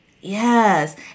Yes